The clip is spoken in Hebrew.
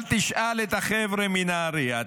אבל תשאל את החבר'ה מנהריה,